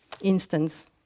instance